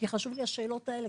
כי חשוב לי השאלות האלה,